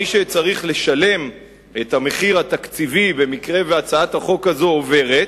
מי שצריך לשלם את המחיר התקציבי במקרה שהצעת החוק הזו עוברת,